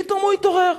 פתאום הוא התעורר.